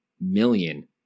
million